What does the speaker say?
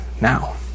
now